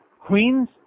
queens